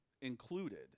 Included